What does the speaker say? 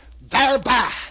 thereby